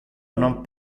non